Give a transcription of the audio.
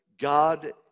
God